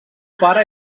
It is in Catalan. pare